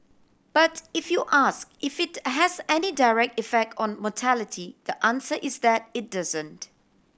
but if you ask if it has any direct effect on mortality the answer is that it doesn't